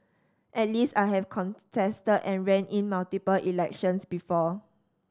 at least I have contested and ran in multiple elections before